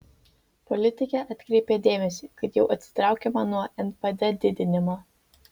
politikė atkreipė dėmesį kad jau atsitraukiama nuo npd didinimo